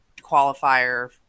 qualifier